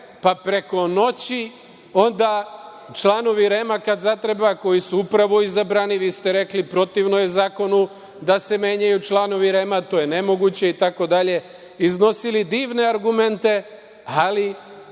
pa preko noći onda članovi REM kad zatreba, koji su upravo izabrani, vi ste rekli protivno je zakonu da se menjaju članovi REM, to je nemoguće, iznosili divne argumente, ali